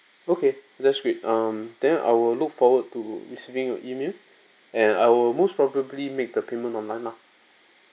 okay that's great um then I will look forward to receiving your email and I will most probably make the payment online lah